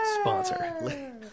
Sponsor